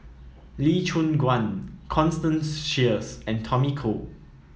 Lee Choon Guan Constance Sheares and Tommy Koh